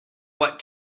what